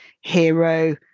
hero